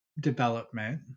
development